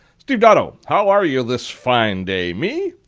steve dotto. how are you this fine day? me?